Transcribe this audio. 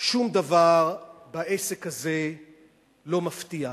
שום דבר בעסק הזה לא מפתיע.